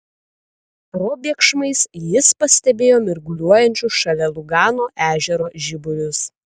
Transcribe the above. probėgšmais jis pastebėjo mirguliuojančius šalia lugano ežero žiburius